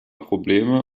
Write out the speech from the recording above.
probleme